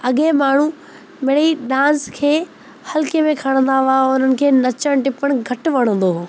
अॻे माण्हू भले ई डांस खे हलिके में खणंदा हुआ हुननि खे नचण टपण घटि वणंदो हुओ